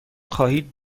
خواهید